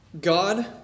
God